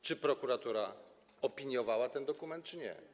Czy prokuratura opiniowała ten dokument, czy nie?